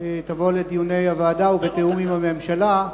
תבוא לדיוני הוועדה ובתיאום עם הממשלה.